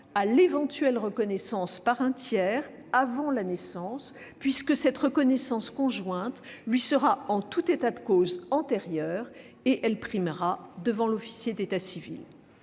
à l'éventuelle reconnaissance par un tiers avant la naissance, puisque cette reconnaissance conjointe lui sera en tout état de cause antérieure et qu'elle primera devant l'officier d'état civil.